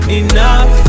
enough